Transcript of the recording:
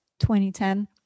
2010